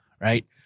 right